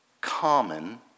common